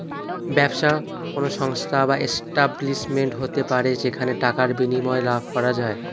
ব্যবসা কোন সংস্থা বা এস্টাব্লিশমেন্ট হতে পারে যেখানে টাকার বিনিময়ে লাভ করা যায়